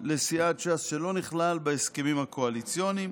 לסיעת ש"ס שלא נכלל בהסכמים הקואליציוניים.